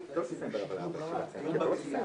התש"ף-2020,